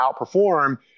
outperform